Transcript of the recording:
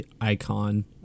icon